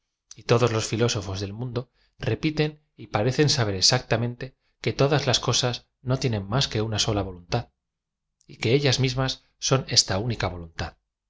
y todos los fliósofc del mundo repiten y pa recen saber exactamente que todas las cosas no tienen más que una sola voluntad y que ellas mismas son esta única voluntad